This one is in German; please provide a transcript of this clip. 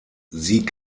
sie